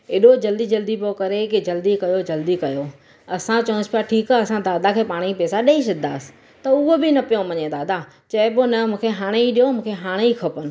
अहिड़ो जल्दी जल्दी पियो करे कि जल्दी कयो जल्दी कयो असां चवनि पिया ठीकु आहे असां दादा खे पाण ई पैसा ॾेई छॾंदासीं त उहो बि न मने पियो दादा चई पियो न मूंखे हाणे ई ॾियो मूंखे हाणे ई खपनि